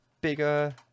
bigger